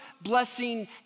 blessing